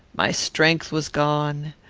my strength was gone,